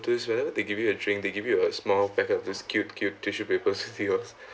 notice where they give you a drink they give you a small packet this cute cute tissue papers it's yours